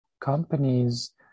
companies